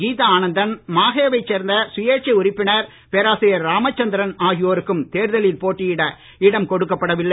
கீதா ஆனந்தன் மாஹேயைச் சேர்ந்த சுயேட்சை உறுப்பினர் பேராசிரியர் ராமச்சந்திரன் ஆகியோருக்கும் தேர்தலில் போட்டியிட இடம் கொடுக்கப்பட வில்லை